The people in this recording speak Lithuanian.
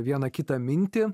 vieną kitą mintį